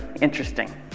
interesting